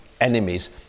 enemies